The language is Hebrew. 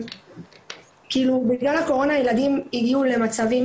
כאילו בגלל הקורונה ילדים הגיעו למצבים